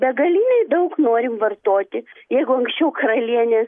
begaliniai daug norim vartoti jeigu anksčiau karalienė